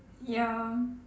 ya